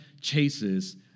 chases